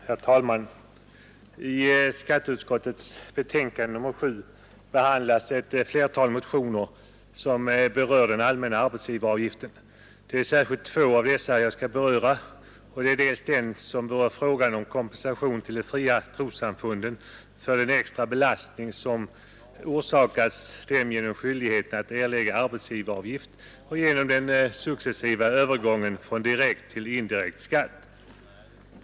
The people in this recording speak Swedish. Herr talman! I skatteutskottets betänkande nr 7 behandlas ett flertal motioner som gäller den allmänna arbetsgivaravgiften. Det är särskilt två av dessa jag skall beröra. Den första motionen gäller frågan om kompensation till de fria trossamfunden för den extra belastning som orsakas dem genom skyldigheten att erlägga arbetsgivaravgift och genom den successiva övergången från direkt till indirekt skatt.